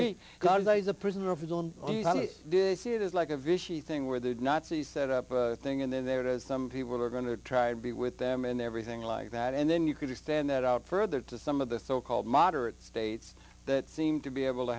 you see it is like a vishy thing where the nazis set up a thing and then there's some people who are going to try to be with them and everything like that and then you could extend that out further to some of the so called moderate states that seem to be able to